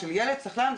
שחזרנו,